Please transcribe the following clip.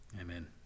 Amen